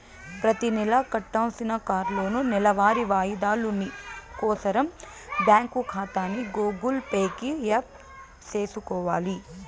ప్రతినెలా కట్టాల్సిన కార్లోనూ, నెలవారీ వాయిదాలు కోసరం బ్యాంకు కాతాని గూగుల్ పే కి యాప్ సేసుకొవాల